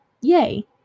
Yay